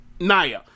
Naya